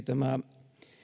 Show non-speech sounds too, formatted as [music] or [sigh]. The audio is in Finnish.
[unintelligible] tämä